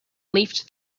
leafed